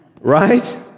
Right